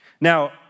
Now